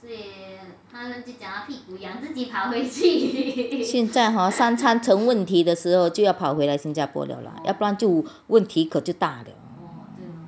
现在 hor 三餐成问题的时候就要跑回来新加坡了要不然就问题可就大了::san can cheng wen ti de shi hou jiu yao pao hui lai xin jia po le yao bu ran jiu wen ti ke jiu da le